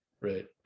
Right